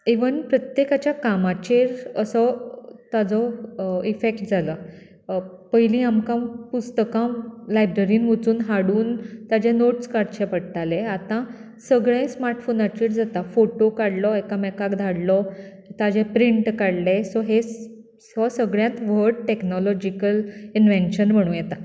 even प्रत्येकाच्या कामाचेर असो ताजो इफॅक्ट जाला पयलीं आमकां पुस्तकां लायब्ररीन वचून हाडून ताजे नोट्स काडचे पडटाले आतां सगळें स्माटफोनाचेर जाता फोटो काडलो एकामेकांक धाडलो ताजे प्रिण्ट काडले सो हे स हो सगळ्यांत व्हड टॅक्नॉलॉजिकल इन्वॅन्शन म्हणूं येता